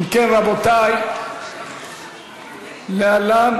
רבותי, להלן